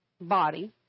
body